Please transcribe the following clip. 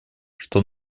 что